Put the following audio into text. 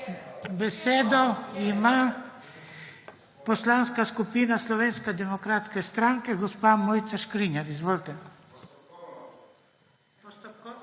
Besedo ima Poslanska skupina Slovenske demokratske stranke, gospa Mojca Škrinjar … Se